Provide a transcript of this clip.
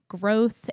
growth